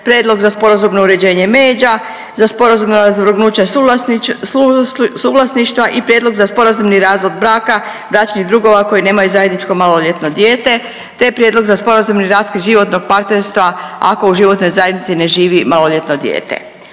prijedlog za sporazumno uređenje međa, za sporazumno razvrgnuće suvlasništva i prijedlog za sporazumni razvod braka bračnih drugova koji nemaju zajedničko maloljetno dijete te prijedlog za sporazumni raskid životnog partnerstva ako u životnoj zajednici ne živi maloljetno dijete.